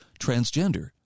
transgender